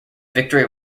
victory